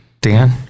Dan